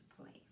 place